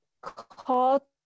call